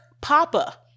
Papa